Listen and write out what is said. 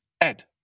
Ed